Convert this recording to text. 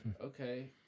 okay